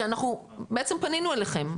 בעצם פנינו אליכם,